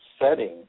setting